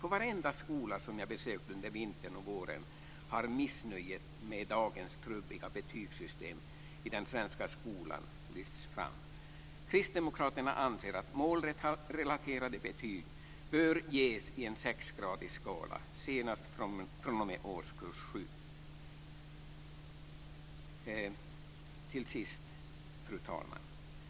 På varenda skola som jag har besökt under vintern och våren har missnöjet med dagens trubbiga betygssystem i den svenska skolan lyfts fram. Kristdemokraterna anser att målrelaterade betyg bör ges i en sexgradig skala senast fr.o.m. årskurs 7. Fru talman!